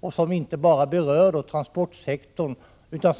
Det handlar inte bara om transportsektorn, utan